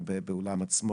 לזה.